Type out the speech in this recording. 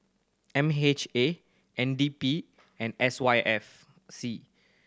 M H A N D P and S Y F C